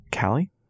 Callie